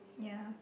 ya